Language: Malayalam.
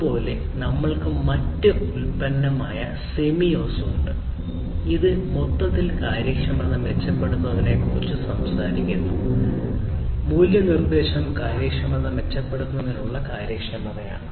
അതുപോലെ നമ്മൾക്ക് മറ്റ് ഉൽപ്പന്നമായ സെമിയോസ് ഉണ്ട് ഇത് മൊത്തത്തിൽ കാര്യക്ഷമത മെച്ചപ്പെടുത്തുന്നതിനെക്കുറിച്ച് സംസാരിക്കുന്നു മൂല്യ നിർദ്ദേശം കാര്യക്ഷമത മെച്ചപ്പെടുത്തുന്നതിനുള്ള കാര്യക്ഷമതയാണ്